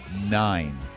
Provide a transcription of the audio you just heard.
nine